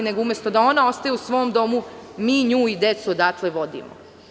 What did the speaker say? Umesto da ona ostane u svom domu, mi nju i decu odatle vodimo.